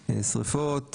שריפות,